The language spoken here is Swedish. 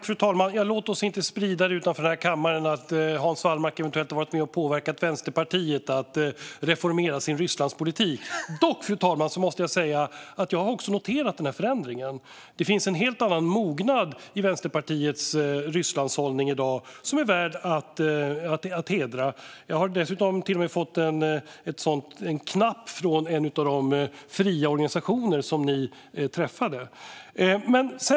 Fru talman! Låt oss inte sprida utanför denna kammare att Hans Wallmark eventuellt har varit med och påverkat Vänsterpartiet att reformera sin Rysslandspolitik. Dock, fru talman, måste jag säga att också jag har noterat den här förändringen. Det finns en helt annan mognad i Vänsterpartiets Rysslandshållning i dag som är värd att hedra. Jag har till och med fått en knapp från en av de fria organisationer som ni träffade.